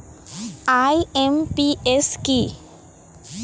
IMPS কি?